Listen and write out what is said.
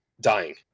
dying